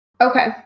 okay